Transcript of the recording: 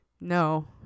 No